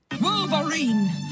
Wolverine